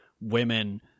women